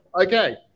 okay